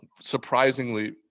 surprisingly